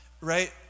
right